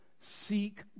Seek